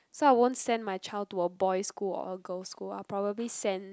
so I won't send my child to a boy's school or a girl's school I'll probably send